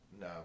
no